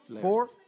Four